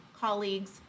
colleagues